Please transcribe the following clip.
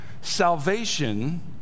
Salvation